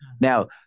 Now